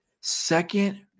second